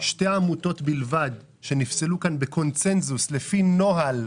שתי עמותות בלבד נפסלו כאן בקונצנזוס, לפי נוהל.